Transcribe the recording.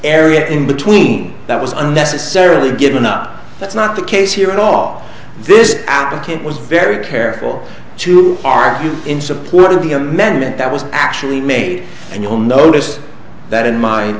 area in between that was unnecessarily given up that's not the case here and all this advocate was very careful to argue in support of the amendment that was actually made and you'll notice that in my